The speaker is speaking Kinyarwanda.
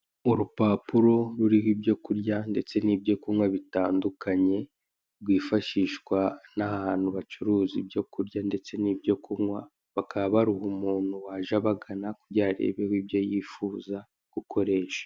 Urupapuro ruriho ibyo kurya ndetse n'ibyo kunywa bitandukanye, rwifashishwa n'ahantu bacuruza ibyo kurya ndetse n'ibyo kunywa, bakaba baruha umuntu waje abagana, kugira ngo arebeho ibyo yifuza gukoresha.